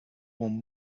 one